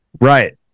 right